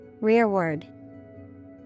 Rearward